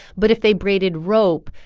but if they braided rope,